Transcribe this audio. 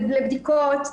לבדיקות,